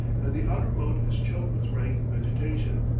and the outer moat is choked with rank vegetation.